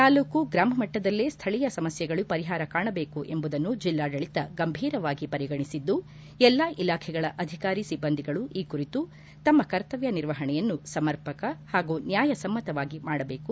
ತಾಲೂಕು ಗ್ರಾಮ ಮಟ್ಟದಲ್ಲೇ ಸ್ವಳೀಯ ಸಮಸ್ಯೆಗಳು ಪರಿಹಾರ ಕಾಣಬೇಕು ಎಂಬುದನ್ನು ಜಿಲ್ಲಾಡಳಿತ ಗಂಭೀರವಾಗಿ ಪರಿಗಣಿಸಿದ್ದು ಎಲ್ಲ ಇಲಾಖೆಗಳ ಅಧಿಕಾರಿ ಸಿಬ್ಬಂದಿಗಳು ಈ ಕುರಿತು ತಮ್ಮ ಕರ್ತವ್ಯ ನಿರ್ವಹಣೆಯನ್ನು ಸಮರ್ಪಕ ಹಾಗೂ ನ್ಕಾಯ ಸಮ್ಮತವಾಗಿ ಮಾಡಬೇಕು